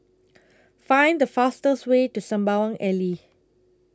Find The fastest Way to Sembawang Alley